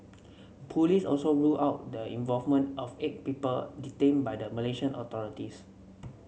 police also ruled out the involvement of eight people detained by the Malaysian authorities